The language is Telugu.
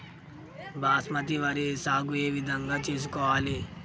బాస్మతి వరి సాగు ఏ విధంగా చేసుకోవాలి?